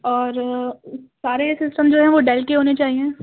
اور سارے سسٹم جو ہیں وہ ڈیل کے ہونے چاہیے